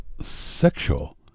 Sexual